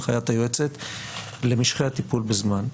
הנחיית היועצת למשכי הטיפול בזמן.